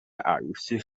عروسی